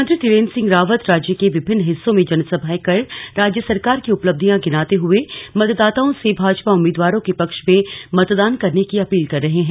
मुख्यमंत्री त्रिवेंद्र सिंह रावत राज्य के विभिन्न हिस्सों में जनसभाएं कर राज्य सरकार की उपलब्धियां गिनाते हुए मतदाताओं से भाजपा उम्मीदवारों के पक्ष में मतदान करने की अपील कर रहे हैं